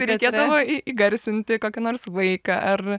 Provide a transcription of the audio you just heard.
reikėdavo į įgarsinti kokį nors vaiką ar